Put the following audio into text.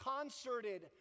concerted